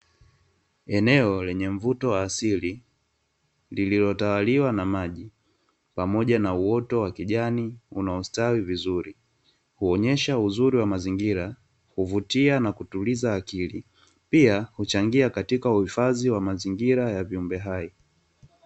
Eneo lenye mvuto wa asili, lililotawaliwa na maji pamoja na uoto wa kijani uliostawi vizuri, kuonyesha uzuri wa mazingira, kuvutia na kutuliza akili, pia huchangia katika uhifadhi wa mazingira ya viumbe hai.